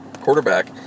quarterback